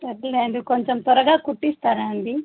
సరే అండి కొంచెం త్వరగా కుట్టిస్తారా అండి